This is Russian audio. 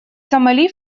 сомали